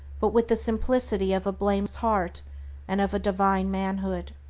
but with the simplicity of a blameless heart and of a divine manhood.